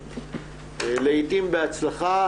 לעיתים בהצלחה,